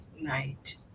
night